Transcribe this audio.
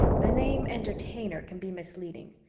the name entertainer can be misleading,